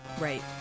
right